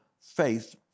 faith